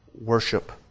worship